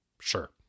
Sure